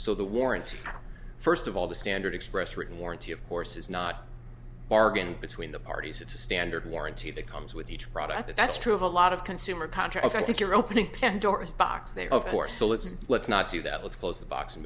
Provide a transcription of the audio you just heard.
so the warranty first of all the standard expressed written warranty of course is not a bargain between the parties it's a standard warranty that comes with each product that's true of a lot of consumer contracts i think you're opening pandora's box there of course so let's let's not do that let's close the box and